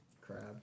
crab